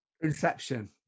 Inception